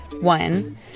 One